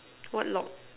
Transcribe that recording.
what log